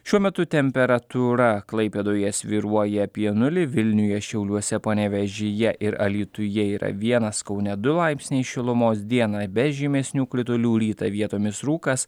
šiuo metu temperatūra klaipėdoje svyruoja apie nulį vilniuje šiauliuose panevėžyje ir alytuje yra vienas kaune du laipsniai šilumos dieną be žymesnių kritulių rytą vietomis rūkas